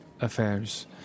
affairs